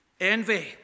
Envy